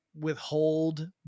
withhold